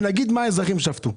ונגיד מה האזרחים שפטו.